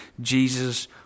Jesus